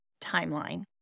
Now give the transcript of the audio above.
timeline